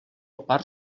part